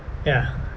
ya